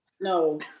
No